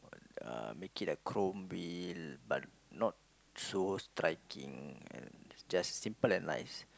uh make it like chrome wheel but not so striking and just simple and nice